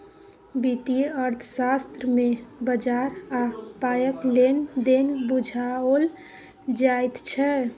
वित्तीय अर्थशास्त्र मे बजार आ पायक लेन देन बुझाओल जाइत छै